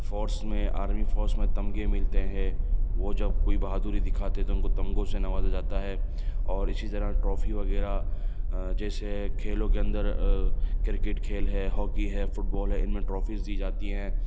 force میں army force میں تمغے ملتے ہیں وہ جب کوئی بہادری دکھاتے ہیں تو ان کو تمغوں سے نوازا جاتا ہے اور اسی طرح ٹرافی وغیرہ جیسے کھیلوں کے اندر کرکٹ کھیل ہے ہاکی ہے فٹ بال ہے ان میں ٹرافیز دی جاتی ہیں